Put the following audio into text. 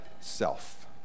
self